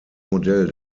modell